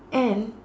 and